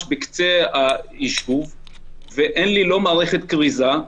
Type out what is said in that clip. בקצה הישוב ואין להם לא מערכת כריזה,